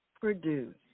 produce